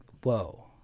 Whoa